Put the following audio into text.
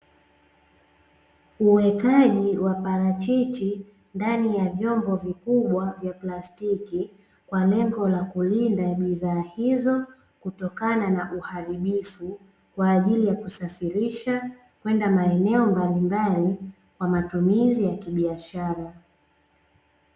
Uwekaji wa parachichi ndani ya vyombo vikubwa vya plastiki, kwa lengo la kulinda bidhaa hizo kutokana na uharibifu, kwa ajili ya kusafirisha kwenda maeneo mbalimbali kwa matumizi ya kibiashara.